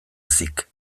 ezik